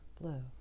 blue